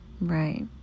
right